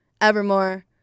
Evermore